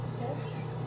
Yes